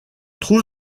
trouve